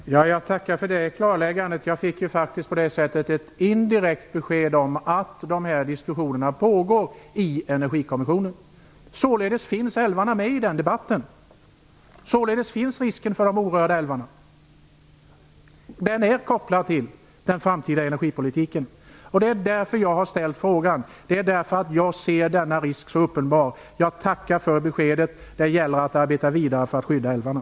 Fru talman! Jag tackar för det klarläggandet. Jag fick på det sättet ett indirekt besked om att dessa diskussioner pågår i Energikommissionen. Således finns älvarna med i den debatten, och således finns risken för de orörda älvarna. Det är kopplat till den framtida energipolitiken. Det är därför jag har ställt frågan. Jag ser denna risk som uppenbar. Jag tackar för beskedet. Det gäller att arbeta vidare för att skydda älvarna.